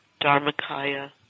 dharmakaya